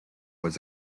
was